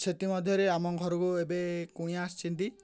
ସେଥିମଧ୍ୟରେ ଆମ ଘରକୁ ଏବେ କୁଣିଆ ଆସିଛନ୍ତି